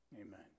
amen